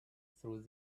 through